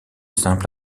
simple